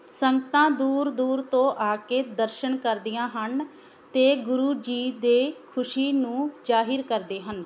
ਸੰਗਤਾਂ ਦੂਰ ਦੂਰ ਤੋਂ ਆ ਕੇ ਦਰਸ਼ਨ ਕਰਦੀਆਂ ਹਨ ਅਤੇ ਗੁਰੂ ਜੀ ਦੇ ਖੁਸ਼ੀ ਨੂੰ ਜ਼ਾਹਿਰ ਕਰਦੇ ਹਨ